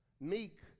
Meek